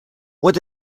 what